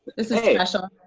this is special.